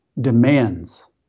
demands